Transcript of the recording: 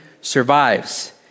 survives